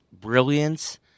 brilliance